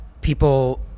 people